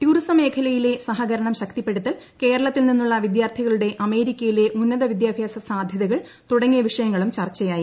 tourism മേഖ്ലയിലെ സഹകരണം ശക്തിപ്പെടുത്തൽ കേരളത്തിൽ പ്പത്രിന്നുള്ള വിദ്യാർത്ഥികളുടെ അമേരിക്കയിലെ ഉന്നതവിദ്യാഭ്യാസ് സാധ്യതകൾ തുടങ്ങിയ വിഷയങ്ങളും ചർച്ചയായി